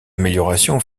amélioration